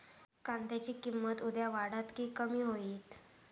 कांद्याची किंमत उद्या वाढात की कमी होईत?